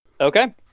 Okay